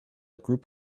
group